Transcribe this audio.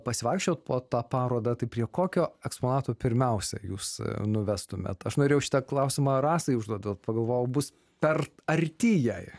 pasivaikščioti po tą parodą taip prie kokio eksponato pirmiausia jūs nuvestumėte aš norėjau šitą klausimą rasai užduoti pagalvojau bus per arti jai